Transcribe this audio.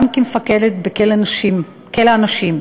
גם כמפקדת בכלא הנשים.